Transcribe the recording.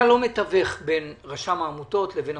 אתה לא מתווך בין רשם העמותות למוסד.